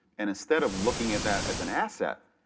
and instead of looking at that as an asset,